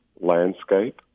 landscape